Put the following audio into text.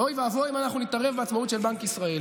ואוי ואבוי אם אנחנו נתערב בעצמאות בנק ישראל.